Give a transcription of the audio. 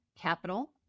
capital